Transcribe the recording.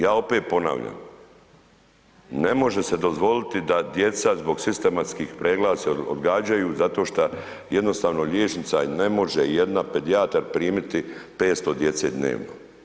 Ja opet ponavljam, ne može se dozvoliti da djeca zbog sistematskih pregleda se odgađaju zato šta jednostavno liječnica ne može jedan pedijatar primiti 500 djece dnevno.